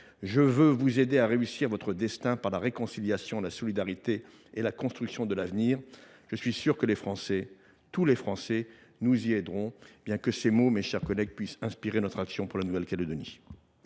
Je veux vous aider à réussir votre destin par la réconciliation, la solidarité et la construction de l’avenir. Je suis sûr que les Français, tous les Français, nous y aideront. » Que ces mots, mes chers collègues, puissent inspirer notre action pour la Nouvelle Calédonie